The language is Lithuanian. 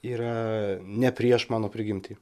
yra ne prieš mano prigimtį